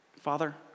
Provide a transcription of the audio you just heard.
Father